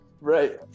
Right